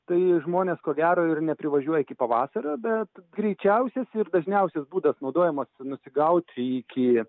tai žmonės ko gero ir neprivažiuoja iki pavasario bet greičiausias ir dažniausias būdas naudojamas nusigauti iki